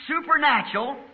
supernatural